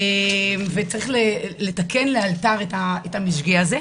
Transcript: וצריך לתקן לאלתר את המשגה הזה.